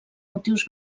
motius